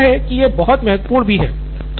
मुझे लगता है कि यह बहुत महत्वपूर्ण भी है